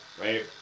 right